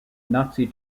nazi